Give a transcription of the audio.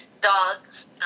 dogs